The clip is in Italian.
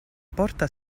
porta